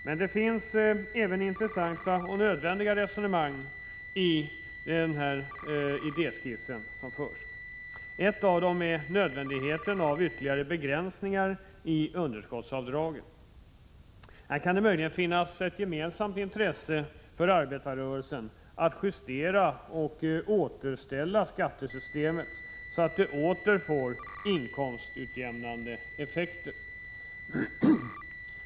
Men det finns även intressanta och nödvändiga resonemang i idéskissen. Ett av dem är nödvändigheten av ytterligare begränsningar i underskottsavdragen. Här kan det möjligen finnas ett gemensamt intresse för arbetarrörelsen att justera och återställa skattesystemet så att det åter får inkomstutjämnande effekter.